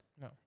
No